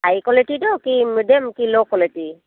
high କ୍ଵାଲିଟିର କି medium କି ଲୋ କ୍ଵାଲିଟି